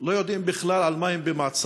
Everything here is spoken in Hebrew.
לא יודעים בכלל על מה הם במעצר,